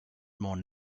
more